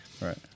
right